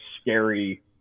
scary